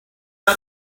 had